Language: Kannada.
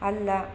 ಅಲ್ಲ